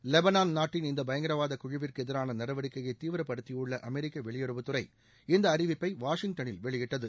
Lebanon நாட்டின் இந்த பயங்கரவாதக்குழுவிற்கு எதிரான நடவடிக்கையை தீவிரப்படுத்தியுள்ள அமெரிக்க வெளியுறவுத்துறை இந்த அறிவிப்பை வாஷிங்டனில் வெளியிட்டது